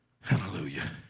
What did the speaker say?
Hallelujah